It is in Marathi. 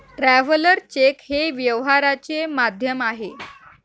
ट्रॅव्हलर चेक हे व्यवहाराचे माध्यम आहे